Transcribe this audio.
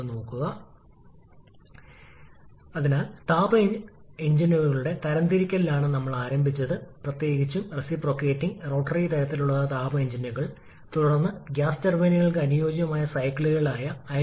ഈ പി 1 ആണെങ്കിൽ ഇത് പി 2 ആണെന്നും ഇത് ഇന്റർമീഡിയറ്റ് മർദ്ദം പൈ പോലെയാണെന്നും ഈ ഇന്റർമീഡിയറ്റ് മർദ്ദത്തിന്റെ ഒപ്റ്റിമൽ മൂല്യം തിരിച്ചറിയാൻ ഇവിടെ നമുക്ക് വീണ്ടും കണക്കുകൂട്ടൽ നടത്താം